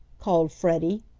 called freddie.